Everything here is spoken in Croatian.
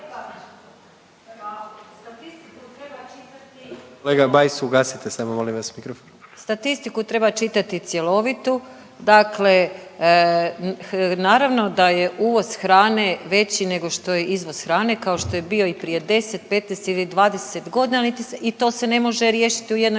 Statistiku treba čitati cjelovitu, dakle naravno da je uvoz hrane već nego što je izvoz hrane kao što je bio i prije 10, 15 ili 20 godina i to se ne može riješit u jednom